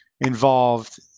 involved